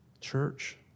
Church